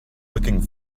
looking